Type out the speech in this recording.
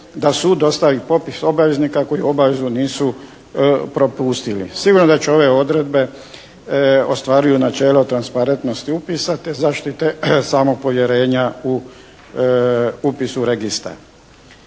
da sudu dostavi popis obaveznika koji obavezu nisu propustili. Sigurno da će ove odredbe ostvaruju načelo transparentnosti upisa te zaštite samog povjerenja u upis u registar.